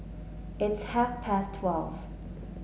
its half past twelve